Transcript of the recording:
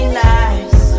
lies